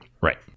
Right